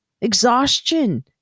exhaustion